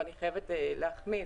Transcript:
ואני חייבת להחמיא,